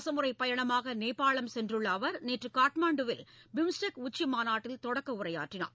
அரசுமுறை பயணமாக நோபாளம் சென்றுள்ள அவர் நேற்று காட்மாண்டுவில் பிம்ஸ்டெக் உச்சிமாநாட்டில் தொடக்க உரையாற்றினார்